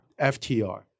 FTR